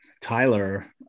Tyler